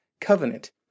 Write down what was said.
covenant